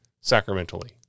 sacramentally